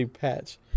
patch